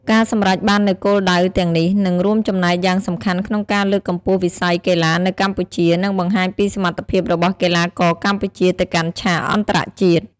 ការសម្រេចបាននូវគោលដៅទាំងនេះ នឹងរួមចំណែកយ៉ាងសំខាន់ក្នុងការលើកកម្ពស់វិស័យកីឡានៅកម្ពុជា និងបង្ហាញពីសមត្ថភាពរបស់កីឡាករកម្ពុជាទៅកាន់ឆាកអន្តរជាតិ។